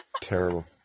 Terrible